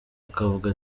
akavuga